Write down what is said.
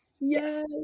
Yes